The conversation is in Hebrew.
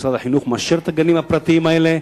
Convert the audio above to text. משרד החינוך מאשר את הגנים הפרטיים האלה.